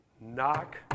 knock